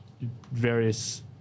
various